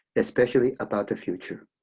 especially about the future.